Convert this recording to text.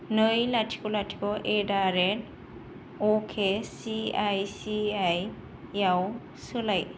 नै लाथिख लाथिख एट दा रेद अके I C I C I आव सोलाय